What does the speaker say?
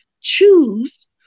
choose